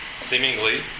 seemingly